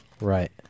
right